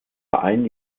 verein